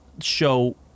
show